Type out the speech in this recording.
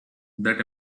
that